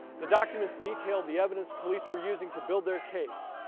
the documents detailed the evidence police were using to build their case.